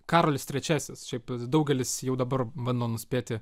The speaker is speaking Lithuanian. karolis trečiasis šiaip daugelis jau dabar bando nuspėti